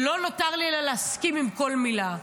ולא נותר לי אלא להסכים עם כל מילה.